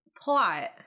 plot